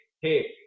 hey